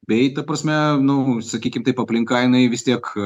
bei ta prasme nu sakykim taip aplinka jinai vis tiek